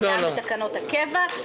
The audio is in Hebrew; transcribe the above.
זה קיים בתקנות הקבע.